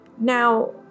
Now